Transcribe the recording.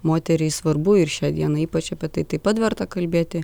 moteriai svarbu ir šią dieną ypač apie tai taip pat verta kalbėti